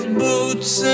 boots